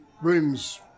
rooms